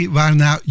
waarna